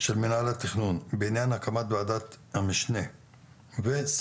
של מינהל התכנון בעניין הקמת ועדת המשנה ואת